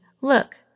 Look